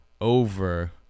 over